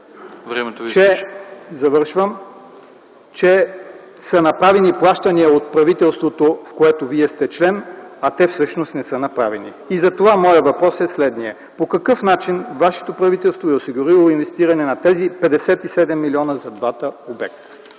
че са направени плащания от правителството, чиито член сте, а те всъщност не са направени. Моят въпрос е следният: по какъв начин вашето правителство е осигурило инвестиране на тези 57 млн. лв. за двата обекта?